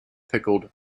pickled